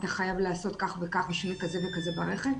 אתה חייב לעשות כך וכך בשביל כזה וכזה ברכב.